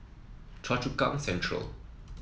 Choa Chu Kang Central